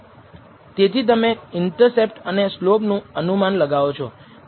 તેથી તમે ઇન્ટરસેપ્ટ અને સ્લોપ નું અનુમાન લગાવો છો